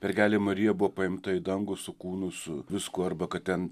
mergelė marija buvo paimta į dangų su kūnu su viskuo arba kad ten